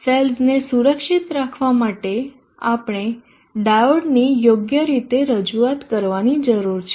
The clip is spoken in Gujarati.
સેલ્સને સુરક્ષિત રાખવા માટે આપણે ડાયોડની યોગ્ય રીતે રજૂઆત કરવાની જરૂર છે